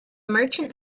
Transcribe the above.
merchant